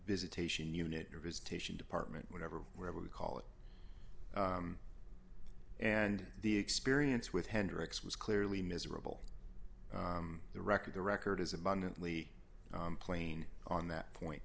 visitation unit visitation department whenever wherever we call it and the experience with hendrix was clearly miserable the record the record is abundantly plain on that point